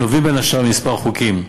הנובעים, בין השאר, מכמה חוקים,